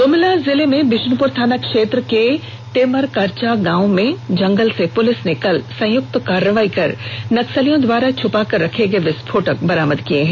गुमला जिले के बिशुनपुर थाना क्षेत्र के टेमरकर्चा गांव के जंगल से पुलिस ने कल संयुक्त कार्रवाई कर नक्सलियों के द्वारा छूपा कर रखे गए विस्फोटक बरामद किये हैं